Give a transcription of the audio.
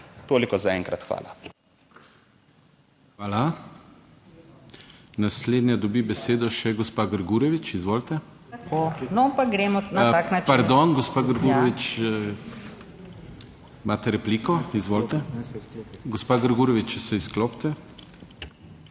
Toliko za enkrat, hvala.